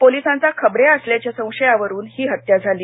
पोलिसांच्याखबऱ्या असल्याच्या संशयावरून ही हत्या झाली